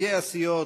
נציגי הסיעות,